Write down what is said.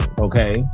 Okay